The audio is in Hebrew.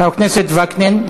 חבר הכנסת וקנין.